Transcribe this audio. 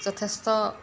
যথেষ্ট